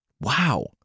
Wow